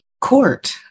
court